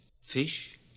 fish